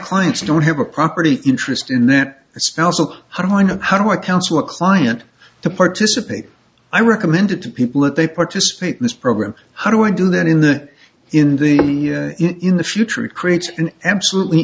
clients don't have a property interest in that spousal hina how do i counsel a client to participate i recommended to people that they participate in this program how do i do that in the in the in the future it creates an absolutely